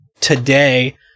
today